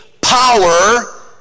power